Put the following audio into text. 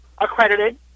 accredited